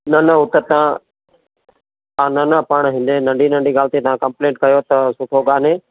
न न हू त तव्हां हा न न पाण हिन नंढी नंढी ॻाल्हि ते तव्हां कमप्लेंट कयो त सुठो कान्हे